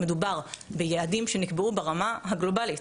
מדובר ביעדים שנקבעו ברמה הגלובלית,